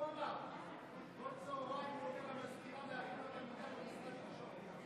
כל צוהריים הוא אומר למזכירה להכין לו את המיטה כי הוא יצטרך לישון.